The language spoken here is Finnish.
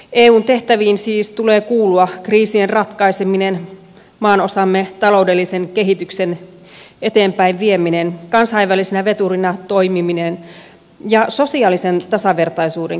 eun tehtäviin siis tulee kuulua kriisien ratkaiseminen maanosamme taloudellisen kehityksen eteenpäinvieminen kansainvälisenä veturina toimiminen ja sosiaalisen tasavertaisuuden kehittäminen